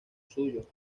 suyo